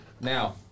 now